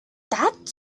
that